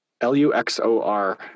L-U-X-O-R